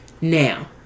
now